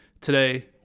Today